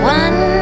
one